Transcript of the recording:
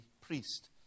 priest